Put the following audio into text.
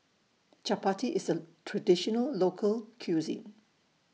Chapati IS A Traditional Local Cuisine